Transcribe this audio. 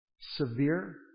Severe